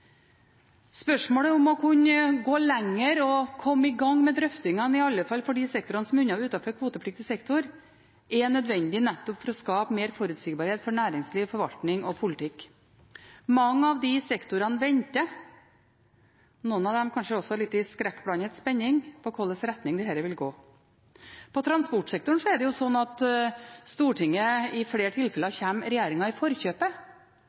å kunne gå lenger og komme i gang med drøftingene iallfall for de sektorene som er utenfor kvotepliktig sektor, er nødvendig nettopp for å skape mer forutsigbarhet for næringsliv, forvaltning og politikk. Mange av disse sektorene venter på – noen av dem kanskje også i litt skrekkblandet spenning – i hvilken retning dette vil gå. På transportsektoren er det slik at Stortinget i flere tilfeller kommer regjeringen i forkjøpet